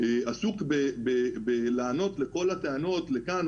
עסוק בלענות לכל הטענות לכאן,